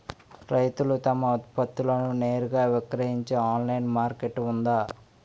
రైతులు తమ ఉత్పత్తులను నేరుగా విక్రయించే ఆన్లైన్ మార్కెట్ ఉందా?